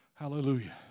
Hallelujah